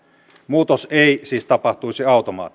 muutos ei siis tapahtuisi automaattisesti